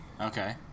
Okay